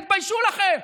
תתביישו לכם.